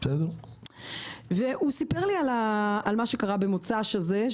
הוא סיפר לי על מה שקרה במוצ"ש הזה,